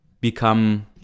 become